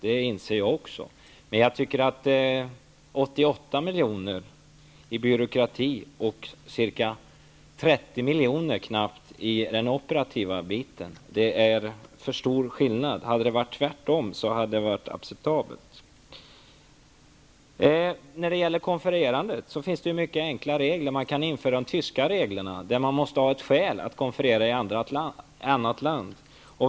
Det inser också jag. Men jag tycker att det är för stor skillnad, när 88 miljoner går till byråkrati och knappt 30 miljoner till operativa insatser. Det hade varit acceptabelt om det hade varit tvärtom. När det gäller konfererandet kan vi införa regler som de tyska, som innebär att man måste ha ett skäl för att konferera i ett annat land.